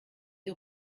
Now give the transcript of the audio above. ihr